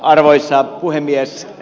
arvoisa puhemies